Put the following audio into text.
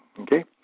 Okay